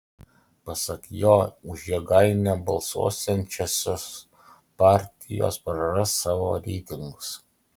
pasak jo už jėgainę balsuosiančios partijos praras savo reitingus